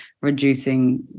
reducing